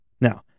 Now